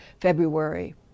February